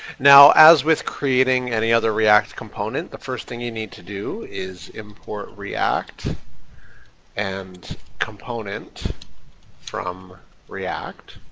now as with creating any other react component, the first thing you need to do is import react and component from react.